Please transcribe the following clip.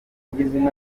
imirimo